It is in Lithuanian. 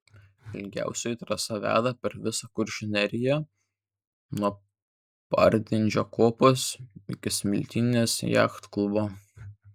ilgiausioji trasa veda per visą kuršių neriją nuo parnidžio kopos iki smiltynės jachtklubo